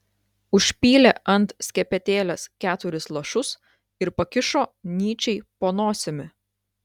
užpylė ant skepetėlės keturis lašus ir pakišo nyčei po nosimi